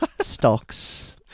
stocks